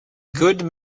good